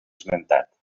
esmentat